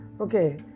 Okay